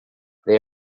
they